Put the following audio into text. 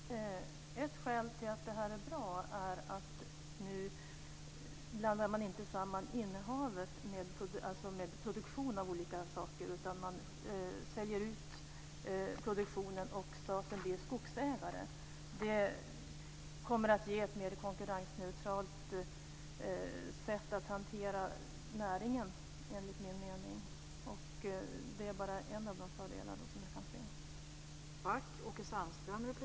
Fru talman! Ett skäl till att detta är bra är att nu blandar man inte samman innehav med produktion av olika saker. Man säljer ut produktionen, och staten blir skogsägare. Det kommer att ge ett mer konkurrensneutralt sätt att hantera näringen enligt min mening. Det är en av de fördelar som jag kan se.